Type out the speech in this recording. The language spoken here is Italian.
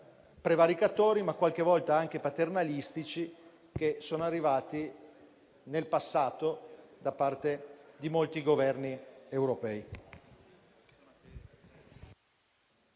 prevaricatori, ma qualche volta anche paternalistici che sono arrivati in passato da parte di molti Governi europei.